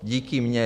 Díky mně.